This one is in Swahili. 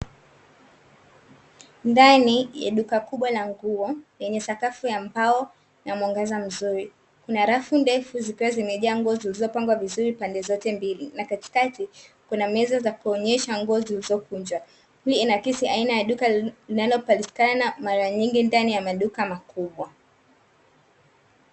Ndani ya duka kubwa la nguo lenye sakafu ya mbao na mwangaza mzuri, kuna rafu mrefu zikiwa zimejaa nguo zilizopangwa vizuri pande zote mbili, na katikati kuna meza za kuonyesha nguo zilizokunjwa. Hii inaakisi aina ya duka linalopatikana mara nyingi ndani ya maduka makubwa.